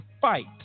fight